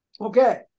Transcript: Okay